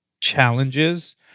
challenges